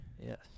Yes